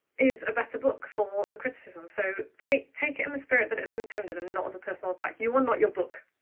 is a better book for the criticism. so, take it in the spirit that it's intended and not as a personal attack. you are not your book.